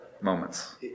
Moments